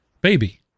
baby